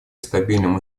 стабильным